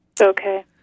Okay